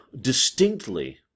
distinctly